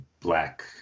black